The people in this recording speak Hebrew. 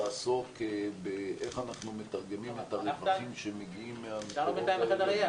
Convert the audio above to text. לעסוק באיך אנחנו מתרגמים את הרווחים שמגיעים מהמקורות האלה,